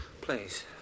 please